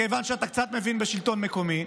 מכיוון שאתה קצת מבין בשלטון מקומי,